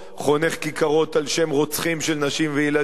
חונך כיכרות על שם רוצחים של נשים וילדים,